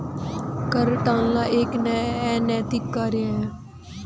कर टालना एक अनैतिक कार्य है